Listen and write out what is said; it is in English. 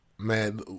Man